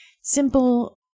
simple